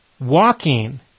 walking